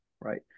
right